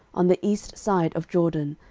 on the east side of jordan,